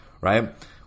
right